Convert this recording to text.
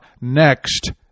next